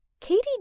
Katie